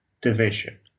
division